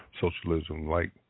socialism-like